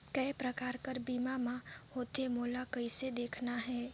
काय प्रकार कर बीमा मा होथे? ओला कइसे देखना है?